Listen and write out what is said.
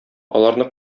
аларны